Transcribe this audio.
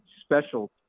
special